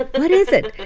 but but what is it?